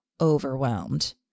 overwhelmed